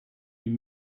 you